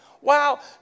Wow